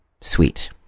sweet